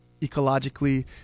ecologically